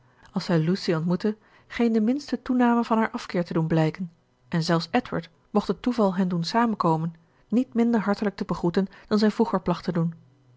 als zij lucy ontmoette geen de minste toename van haar afkeer te doen blijken en zelfs edward mocht het toeval hen doen samenkomen niet minder hartelijk te begroeten dan zij vroeger placht te doen